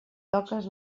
toques